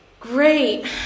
Great